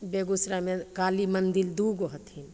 बेगूसरायमे काली मन्दिर दुइगो हथिन